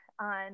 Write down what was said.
on